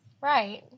Right